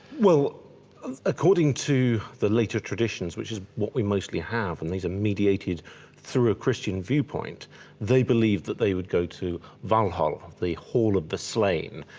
well according to the later traditions which is what we mostly have and these are mediated through a christian viewpoint they believed that they would go to valhalla, the hall of the slain,